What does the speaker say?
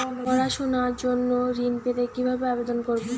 পড়াশুনা জন্য ঋণ পেতে কিভাবে আবেদন করব?